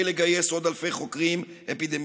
לגייס עוד אלפי חוקרים אפידמיולוגים,